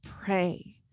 pray